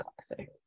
classic